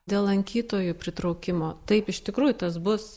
dėl lankytojų pritraukimo taip iš tikrųjų tas bus